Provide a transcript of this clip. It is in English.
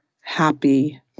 happy